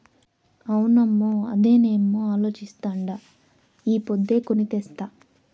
అవునమ్మో, అదేనేమో అలోచిస్తాండా ఈ పొద్దే కొని తెస్తా